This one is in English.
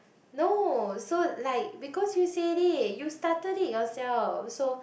no so like because you said it you started it yourself so